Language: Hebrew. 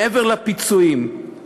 מעבר לפיצויים,